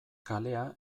kalea